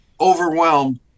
overwhelmed